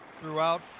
throughout